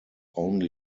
only